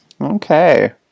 okay